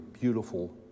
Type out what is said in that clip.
beautiful